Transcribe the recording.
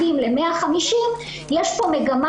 להמתין למעון